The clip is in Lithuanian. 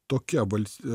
tokia val